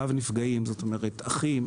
רב נפגעים אחים,